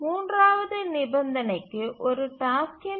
மூன்றாவது நிபந்தனைக்கு ஒரு டாஸ்க்கின்